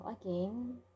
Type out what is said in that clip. again